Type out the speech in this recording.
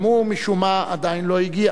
גם הוא משום מה עדיין לא הגיע.